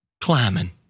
climbing